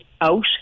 out